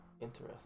interesting